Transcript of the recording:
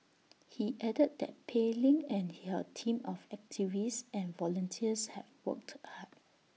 he added that Pei Ling and her team of activists and volunteers have worked hard